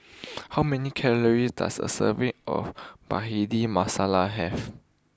how many calories does a serving of Bhindi Masala have